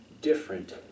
different